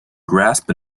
grasp